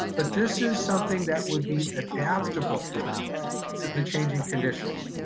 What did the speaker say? but this is something that would be adaptable to the changing conditions.